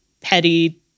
petty